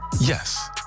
Yes